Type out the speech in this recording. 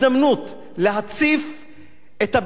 את הבעיה המרכזית של העבודה המאורגנת.